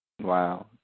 wow